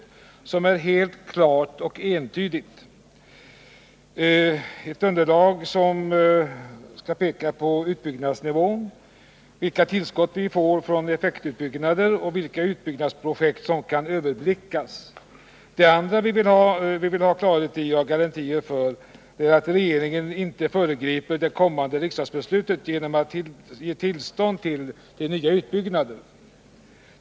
Vi vill ha ett underlag som är helt klart och entydigt och som skall peka på utbyggnadsnivån, vilket tillskott vi får från effektutbyggnader och vilka utbyggnadsprojekt som kan överblickas. Det andra vi vill ha är garantier för att regeringen inte föregriper det kommande riksdagsbeslutet genom att ge tillstånd till nya utbyggnader.